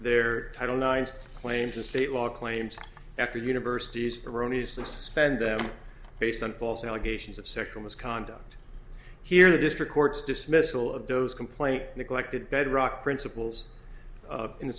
their title nine claims of state law claims after universities erroneous expend them based on false allegations of sexual misconduct here the district courts dismissal of those complaint neglected bedrock principles of in the